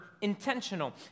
intentional